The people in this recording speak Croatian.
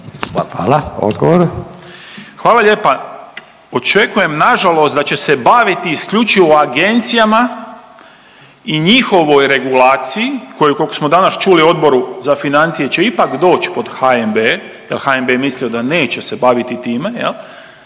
Boris (SDP)** Hvala lijepa. Očekujem nažalost da će se baviti isključivo agencijama i njihovoj regulaciji koju kolko smo danas čuli na Odboru za financije će ipak doć pod HNB jel HNB je mislio da neće se baviti time jel,